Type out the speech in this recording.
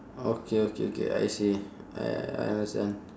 okay okay okay I see I understand